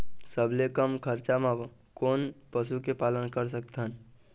सबले कम खरचा मा कोन पशु के पालन कर सकथन?